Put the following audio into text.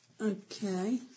Okay